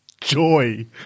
joy